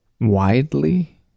widely